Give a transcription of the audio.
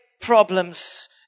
problems